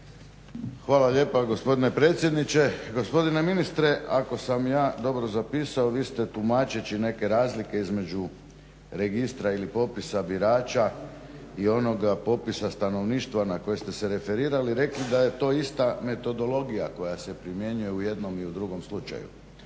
Hvala lijepa gospodine predsjedniče. Gospodine ministre ako sam ja dobro zapisao vi ste tumačeći neke razlike između registra ili popisa birača i onoga popisa stanovništva na koje ste se referirali, rekli da je to ista metodologija koja se primjenjuje u jednom i u drugom slučaju.